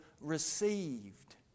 received